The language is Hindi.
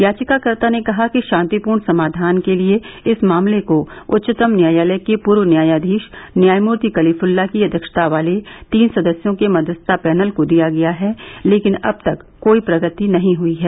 याचिकाकर्ता ने कहा कि शातिपूर्ण समाधान के लिए इस मामले को उच्चतम न्यायालय के पूर्व न्यायाधीश न्यायमूर्ति कलीफुल्ला की अध्यक्षता वाले तीन सदस्यों के मध्यस्थता पैनल को दिया गया है लेकिन अब तक कोई प्रगति नही हुई हैं